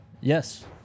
Yes